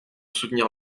soutenir